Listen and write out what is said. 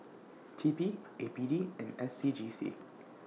T P A P D and S C G C